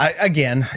again